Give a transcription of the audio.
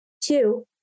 Two